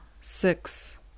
six